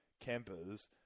campers